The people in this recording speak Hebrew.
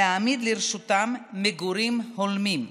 להעמיד לרשותם מגורים הולמים.